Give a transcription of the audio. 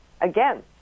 Again